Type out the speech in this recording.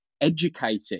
educating